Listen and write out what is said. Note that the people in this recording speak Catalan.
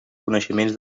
coneixements